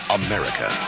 america